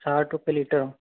साठ रुपये लीटर